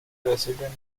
resident